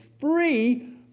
free